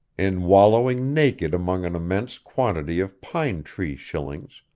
in wallowing naked among an immense quantity of pine-tree shillings,